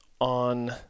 on